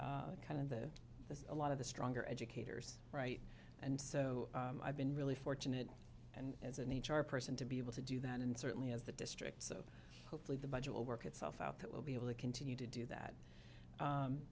hiring kind of the a lot of the stronger educators right and so i've been really fortunate and as an h r person to be able to do that and certainly as the district so hopefully the budget will work itself out that will be able to continue to do that